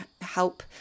help